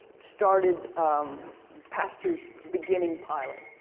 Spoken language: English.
started pastor's beginning pilot.